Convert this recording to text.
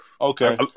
okay